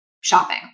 shopping